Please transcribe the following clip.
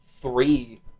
three